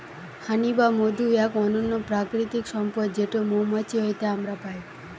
হানি বা মধু এক অনন্য প্রাকৃতিক সম্পদ যেটো মৌমাছি হইতে আমরা পাই